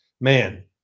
man